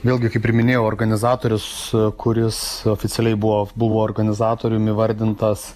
vėlgi kaip ir minėjau organizatorius kuris oficialiai buvo buvo organizatorium įvardintas